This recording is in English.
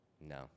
No